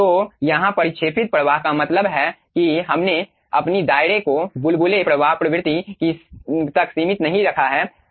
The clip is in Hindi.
तो यहाँ परिक्षेपित प्रवाह का मतलब है कि हमने अपनी दायरे को बुलबुले प्रवाह प्रवृत्ति तक सीमित नहीं रखा है